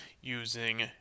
using